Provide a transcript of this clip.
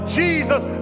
jesus